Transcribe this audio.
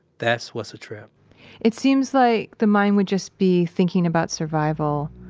that's what's a trip it seems like the mind would just be thinking about survival,